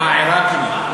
אה, עיראקי.